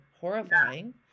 horrifying